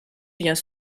vient